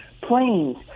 planes